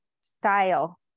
style